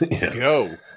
Go